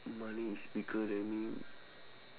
money is bigger than me